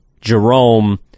Jerome